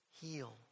heal